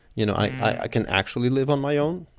you know i i can actually live on my own.